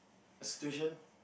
situation